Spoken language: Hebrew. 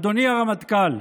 אדוני הרמטכ"ל,